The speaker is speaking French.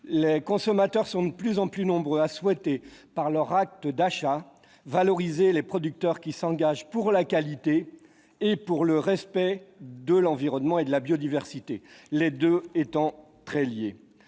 Les consommateurs sont de plus en plus nombreux à souhaiter, par leur acte d'achat, valoriser les producteurs qui s'engagent pour la qualité et pour le respect de l'environnement et de la biodiversité, les deux étant très liés.